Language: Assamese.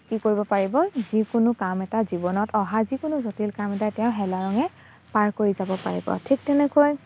কি কৰিব পাৰিব যিকোনো কাম এটা জীৱনত অহা যিকোনো জটিল কাম এটা তেওঁ হেলাৰঙে পাৰ কৰি যাব পাৰিব ঠিক তেনেকৈ